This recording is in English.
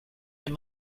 your